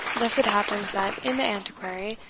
thus it happens that, in the antiquary,